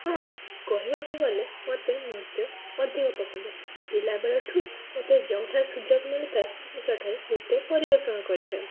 ହଁ କହିବାକୁ ଗଲେ ମୋତେ ନୃତ୍ୟ ଅଧିକ ପସନ୍ଦ ପିଲାବେଳଠୁ ମୋତେ ଯେଉଁଠାରେ ସୁଯୋଗ ମିଳିଥାଏ ମୁଁ ସେଠାରେ ନୃତ୍ୟ ପରିବେଷଣ କରିଥାଏ